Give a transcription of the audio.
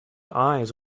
eyes